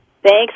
Thanks